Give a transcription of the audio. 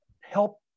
help